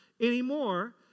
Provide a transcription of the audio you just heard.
anymore